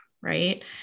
Right